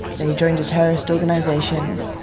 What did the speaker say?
they joined a terrorist organization,